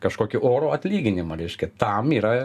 kažkokį orų atlyginimą reiškia tam yra